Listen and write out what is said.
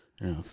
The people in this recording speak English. Yes